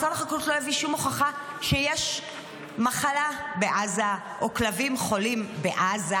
משרד החקלאות לא הביא שום הוכחה שיש מחלה בעזה או כלבים חולים בעזה.